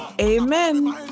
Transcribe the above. Amen